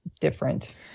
different